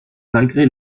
malgré